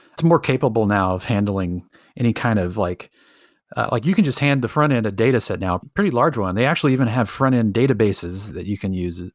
it's more capable now of handling any kind of like like you can just hand the front-end a data set now. pretty large one. they actually even have front-end databases that you can use,